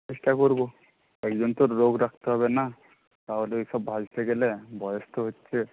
চেষ্টা করবো একজন তো লোক রাখতে হবে না তাহলে ওইসব ভাজতে গেলে বয়স তো হচ্ছে